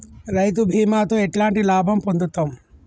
రైతు బీమాతో ఎట్లాంటి లాభం పొందుతం?